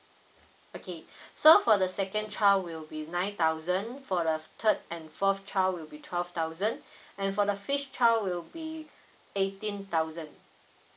okay so for the second child will be nine thousand for the third and fourth child will be twelve thousand and for the fifth will be eighteen thousand